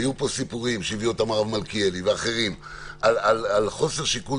והיו פה סיפורים שהביא הרב מלכיאלי ואחרים על חוסר שיקול